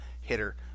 hitter